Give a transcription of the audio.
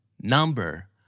Number